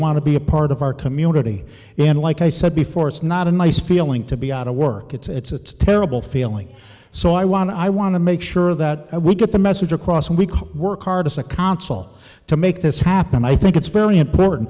want to be a part of our community and like i said before it's not a nice feeling to be out of work it's terrible feeling so i want to i want to make sure that we get the message across and we work hard as a consul to make this happen and i think it's very important